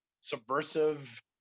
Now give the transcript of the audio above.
subversive